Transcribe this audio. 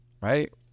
right